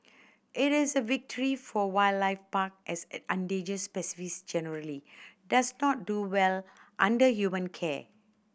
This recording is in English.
it is a victory for wildlife park as the endangered generally does not do well under human care